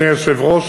אדוני היושב-ראש,